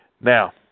Now